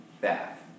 bath